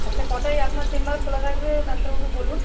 আচ্ছা কটায় আপনার চেম্বার খোলা থাকবে ডাক্তারবাবু বলুন